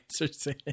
answers